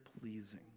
pleasing